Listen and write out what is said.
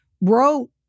wrote